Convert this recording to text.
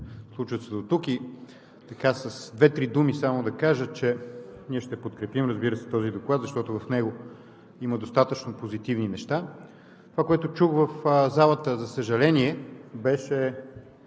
случващото се дотук и с две-три думи само да кажа, че ние ще подкрепим, разбира се, този доклад, защото в него има достатъчно позитивни неща. Това, което чух в залата, за съжаление, беше